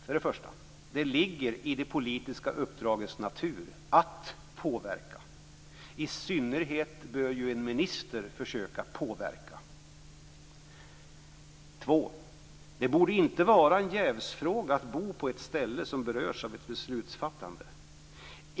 För det första: Det ligger i det politiska uppdragets natur att påverka. I synnerhet bör ju en minister försöka påverka. För det andra: Det borde inte vara en jävsfråga om man bor på ett ställe som berörs av ett beslutsfattande.